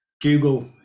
Google